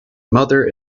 mother